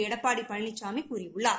எடப்பாடி பழனிசாமி கூறியுள்ளார்